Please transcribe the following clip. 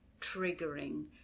triggering